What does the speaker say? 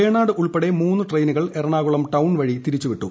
വേണാട് ഉൾപ്പെടെ മൂന്ന് ട്രെയിനുകൾ എറണാകുളം ടൌൺ വഴി തിരിച്ചുവിട്ടു